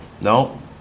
no